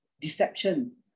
deception